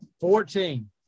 Fourteen